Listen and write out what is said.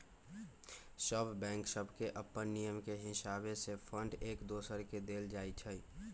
सभ बैंक सभके अप्पन नियम के हिसावे से फंड एक दोसर के देल जाइ छइ